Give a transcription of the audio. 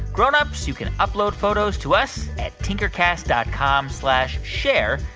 grown-ups, you can upload photos to us at tinkercast dot com slash share.